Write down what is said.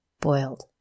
boiled